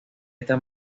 esta